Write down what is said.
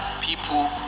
people